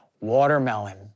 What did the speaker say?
watermelon